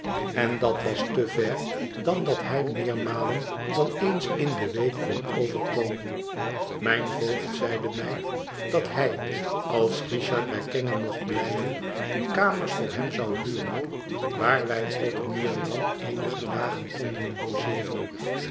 en dat was te ver dan dat hij meermalen dan eens in de week kon overkomen mijn voogd zeide mij dat hij als richard hij kenge mocht blijven kamers voor hem zou huren waar wij ook nu en dan eenige dagen konden logeeren